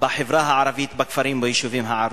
יותר בחברה הערבית, בכפרים וביישובים הערביים.